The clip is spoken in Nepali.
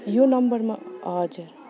यो नम्बरमा हजुर